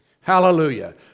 Hallelujah